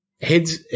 Heads